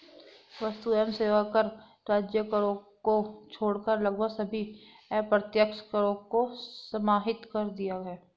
वस्तु एवं सेवा कर राज्य करों को छोड़कर लगभग सभी अप्रत्यक्ष करों को समाहित कर दिया है